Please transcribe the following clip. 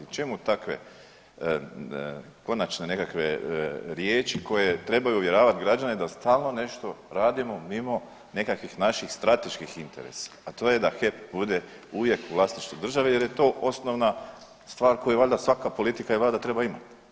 Čemu takve konačne nekakve riječi koje trebaju uvjeravati građane da stalno nešto radimo mimo nekakvih naših strateških interesa, a to je da HEP uvijek bude u vlasništvu države jer je to osnovna stvar koju valjda svaka politika i vlada treba imati.